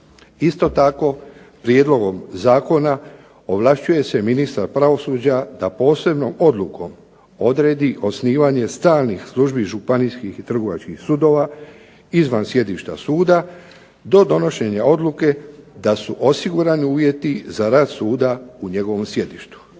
Isto tako prijedlogom zakona ovlašćuje se ministar pravosuđa da posebnom odlukom odredi osnivanje stalnih službi županijskih i trgovačkih sudova izvan sjedišta suda, do donošenja odluke da su osigurani uvjeti za rad suda u njegovom sjedištu.